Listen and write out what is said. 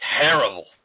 terrible